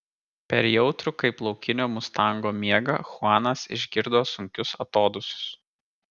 per jautrų kaip laukinio mustango miegą chuanas išgirdo sunkius atodūsius